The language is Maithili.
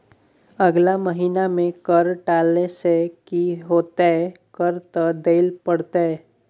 अगला महिना मे कर टालने सँ की हेतौ कर त दिइयै पड़तौ